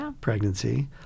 pregnancy